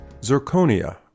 Zirconia